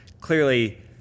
clearly